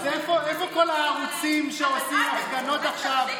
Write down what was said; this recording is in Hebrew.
אז איפה כל הערוצים שעושים הפגנות עכשיו,